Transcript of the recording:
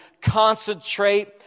concentrate